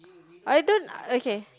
I don't okay